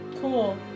Cool